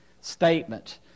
statement